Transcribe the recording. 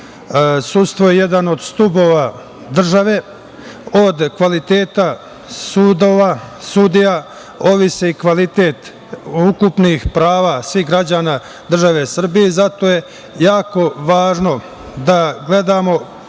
sudstvo je jedan od stubova države. Od kvaliteta sudova, sudija, ovisi i kvalitet ukupnih prava svih građana države Srbije. Zato je jako važno da gledamo